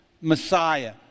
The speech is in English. Messiah